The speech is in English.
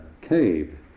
cave